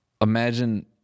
imagine